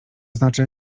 znaczy